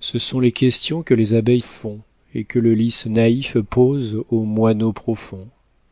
ce sont les questions que les abeilles font et que le lys naïf pose au moineau profond